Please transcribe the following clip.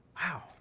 Wow